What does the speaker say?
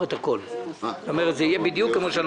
מס'